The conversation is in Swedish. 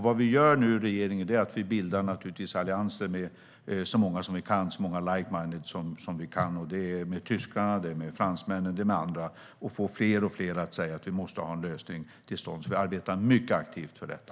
Vad vi i regeringen gör nu är naturligtvis att bilda allianser med så många like-minded vi kan - det är med tyskarna, fransmännen och andra - och få fler och fler att säga att vi måste få en lösning till stånd. Vi arbetar mycket aktivt för detta.